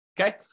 Okay